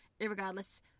irregardless